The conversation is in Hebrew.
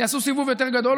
יעשו סיבוב יותר גדול,